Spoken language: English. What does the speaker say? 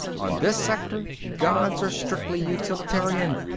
on this sector, gods are strictly utilitarian.